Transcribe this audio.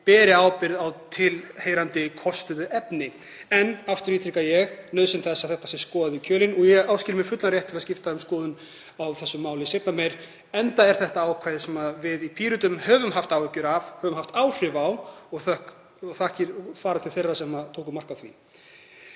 beri ábyrgð á tilheyrandi styrktu efni. En aftur ítreka ég nauðsyn þess að þetta sé skoðað í kjölinn og ég áskil mér fullan rétt til að skipta um skoðun á þessu máli seinna meir, enda er þetta ákvæði sem við í Pírötum höfum haft áhyggjur af og höfum haft áhrif á. Þakkir til þeirra sem tóku mark á því.